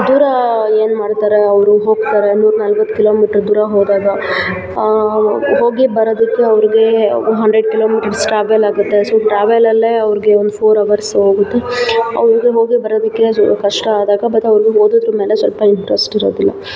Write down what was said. ದೂರ ಏನ್ಮಾಡ್ತಾರೆ ಅವರು ಹೋಗ್ತಾರೆ ನೂರಾ ನಲ್ವತ್ತು ಕಿಲೋಮೀಟ್ರ್ ದೂರ ಹೋದಾಗ ಅವು ಹೋಗಿ ಬರೋದಕ್ಕೂ ಅವ್ರಿಗೆ ಹಂಡ್ರೆಡ್ ಕಿಲೋಮೀಟರ್ಸ್ ಟ್ರಾವೆಲ್ಲಾಗುತ್ತೆ ಸೋ ಟ್ರಾವೆಲಲ್ಲೇ ಅವ್ರಿಗೆ ಒಂದು ಫೋರ್ ಅವರ್ಸ್ ಹೋಗುತ್ತೆ ಅವ್ರಿಗೆ ಹೋಗಿ ಬರೋದಕ್ಕೆ ಸ್ವಲ್ಪ ಕಷ್ಟ ಆದಾಗ ಬತ್ ಅವ್ರಿಗೆ ಓದೋದ್ರ ಮೇಲೆ ಸ್ವಲ್ಪ ಇಂಟ್ರೆಸ್ಟ್ ಇರೋದಿಲ್ಲ